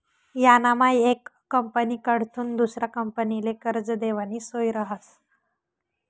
यानामा येक कंपनीकडथून दुसरा कंपनीले कर्ज देवानी सोय रहास